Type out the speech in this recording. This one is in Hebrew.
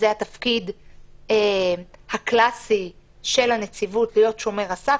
זה התפקיד הקלאסי של הנציבות להיות שומר הסף,